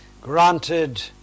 granted